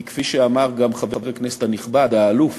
כי כפי שאמר גם חבר הכנסת הנכבד, האלוף